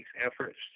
efforts